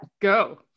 go